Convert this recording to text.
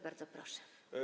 Bardzo proszę.